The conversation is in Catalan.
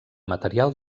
material